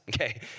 okay